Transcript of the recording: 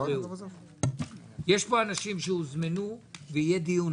יש פה אנשים שהוזמנו ויהיה דיון,